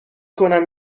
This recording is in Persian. کنم